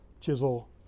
chisel